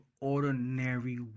ordinary